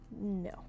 No